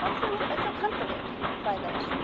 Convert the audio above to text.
i feel feel comforted by this.